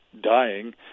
dying